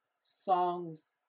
songs